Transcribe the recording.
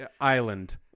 Island